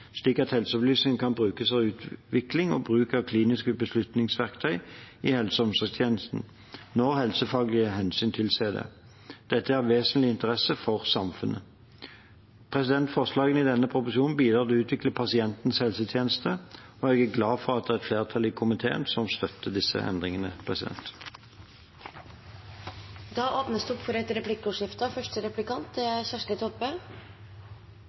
slik at helseopplysningene kan brukes til utvikling og bruk av kliniske beslutningsverktøy i helse- og omsorgstjenesten, når helsefaglige hensyn tilsier det. Dette er av vesentlig interesse for samfunnet. Forslagene i denne proposisjonen bidrar til å utvikle pasientens helsetjeneste, og jeg er glad for at det er et flertall i komiteen som støtter disse endringene.